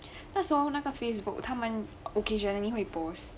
那时候那个 facebook 他们 occasionally 会 post